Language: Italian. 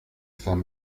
san